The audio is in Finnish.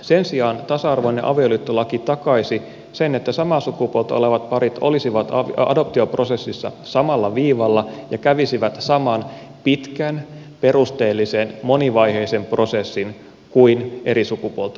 sen sijaan tasa arvoinen avioliittolaki takaisi sen että samaa sukupuolta olevat parit olisivat adoptioprosessissa samalla viivalla ja kävisivät saman pitkän perusteellisen monivaiheisen prosessin kuin eri sukupuolta olevat parit